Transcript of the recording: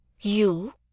You